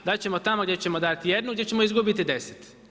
Dat ćemo tamo gdje ćemo dati jednu, gdje ćemo izgubiti 10.